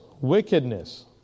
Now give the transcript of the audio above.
wickedness